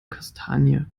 kastanie